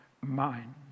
mind